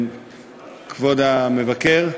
כבוד המבקר,